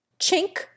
Chink